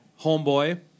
homeboy